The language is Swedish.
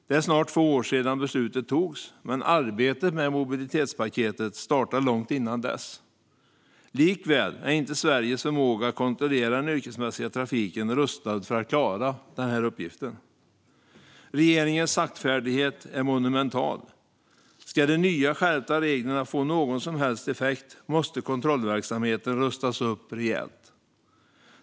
Det är snart två år sedan beslutet fattades, men arbetet med mobilitetspaketet startade långt innan dess. Likväl är inte Sveriges förmåga att kontrollera den yrkesmässiga trafiken rustad för att klara uppgiften. Regeringens saktfärdighet är monumental. Ska de nya skärpta reglerna få någon som helst effekt måste kontrollverksamheten rustas upp rejält.